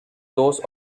those